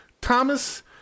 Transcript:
Thomas